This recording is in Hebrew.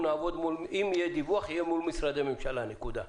אם יהיה דיווח יהיה מול משרדי ממשלה, נקודה.